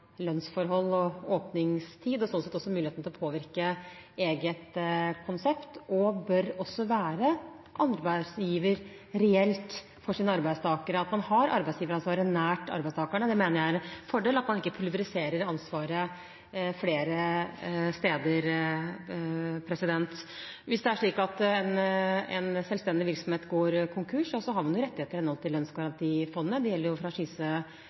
sånn sett også muligheten til å påvirke eget konsept – og også bør være arbeidsgiver, reelt sett, for sine arbeidstakere. At man har arbeidsgiveransvaret nær arbeidstakerne, mener jeg er en fordel, at man ikke pulveriserer ansvaret flere steder. Hvis det er slik at en selvstendig virksomhet går konkurs, har man rettigheter i henhold til lønnskrav i fondet. Det gjelder